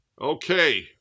Okay